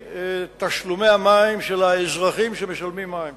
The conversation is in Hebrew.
מתשלומי המים של האזרחים שמשלמים על המים.